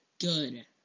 Good